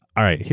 all right.